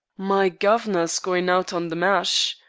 my guv'nor's going out on the mash,